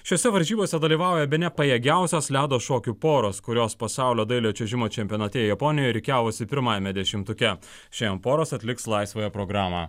šiose varžybose dalyvauja bene pajėgiausios ledo šokių poros kurios pasaulio dailiojo čiuožimo čempionate japonijoje rikiavosi pirmajame dešimtuke šiandien poros atliks laisvąją programą